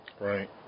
Right